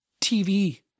TV